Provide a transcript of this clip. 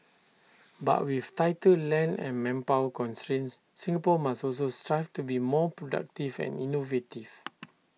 but with tighter land and manpower constraints Singapore must also strive to be more productive and innovative